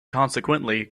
consequently